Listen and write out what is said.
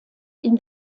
ihm